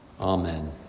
Amen